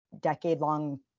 decade-long